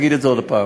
תגיד את זה עוד פעם.